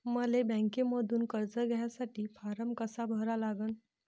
मले बँकेमंधून कर्ज घ्यासाठी फारम कसा भरा लागन?